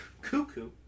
Cuckoo